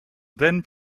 then